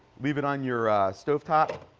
leave it on your stovetop.